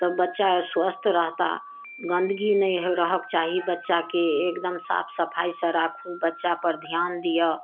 तब बच्चा स्वस्थ रहता गन्दगी नहि रहके चाही बच्चाके एकदम साफ सफाइसँ राखू बच्चापर ध्यान दियऽ